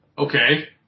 Okay